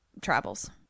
Travels